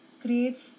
creates